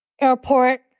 airport